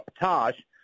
Tosh